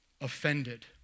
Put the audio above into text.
offended